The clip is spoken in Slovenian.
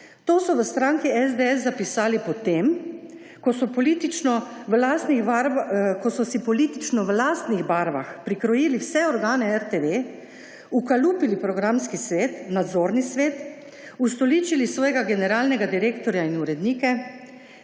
To so v stranki SDS zapisali potem, ko so si politično v lastnih barvah prikrojili vse organe RTV, ukalupili programski svet, nadzorni svet, ustoličili svojega generalnega direktorja in urednike,